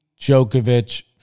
Djokovic